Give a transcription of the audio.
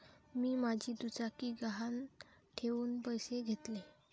मी माझी दुचाकी गहाण ठेवून पैसे घेतले